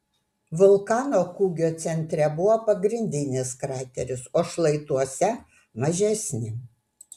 vulkano kūgio centre buvo pagrindinis krateris o šlaituose mažesni